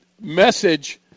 message